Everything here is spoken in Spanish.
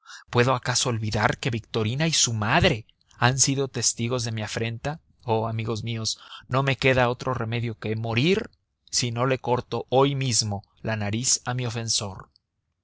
puedo acaso olvidar que victorina y su madre han sido testigos de mi afrenta oh amigos míos no me queda otro remedio que morir si no le corto hoy mismo la nariz a mi ofensor